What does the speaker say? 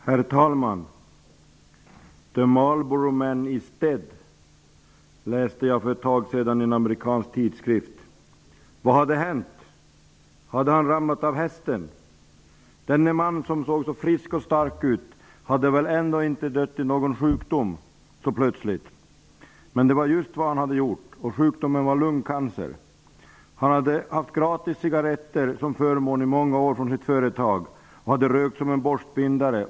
Herr talman! ''The Marlboro man is dead!'' läste jag för ett tag sedan i en amerikansk tidskrift. Vad hade hänt? Hade han ramlat av hästen? Denne man som såg så frisk och stark ut hade väl ändå inte dött i någon sjukdom så plötsligt? Men det var just vad han hade gjort, och sjukdomen var lungcancer. Han hade haft gratis cigaretter som förmån från sitt företag i många år och hade rökt som en borstbindare.